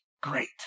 great